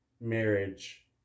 marriage